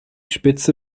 spitze